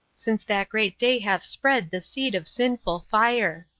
since that great day hath spread the seed of sinful fire.